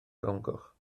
frowngoch